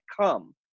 come